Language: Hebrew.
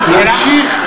נמשיך,